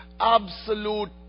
absolute